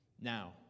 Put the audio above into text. Now